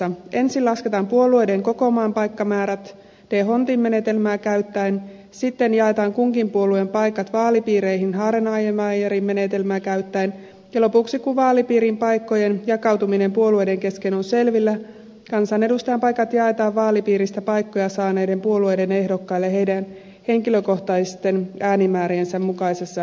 ensin lasketaan puolueiden koko maan paikkamäärät dhondtin menetelmää käyttäen sitten jaetaan kunkin puolueen paikat vaalipiireihin hareniemeyerin menetelmää käyttäen ja lopuksi kun vaalipiirin paikkojen jakautuminen puolueiden kesken on selvillä kansanedustajan paikat jaetaan vaalipiiristä paikkoja saaneiden puolueiden ehdokkaille heidän henkilökohtaisten äänimääriensä mukaisessa järjestyksessä